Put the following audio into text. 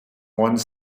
one